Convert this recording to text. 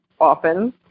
often